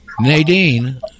nadine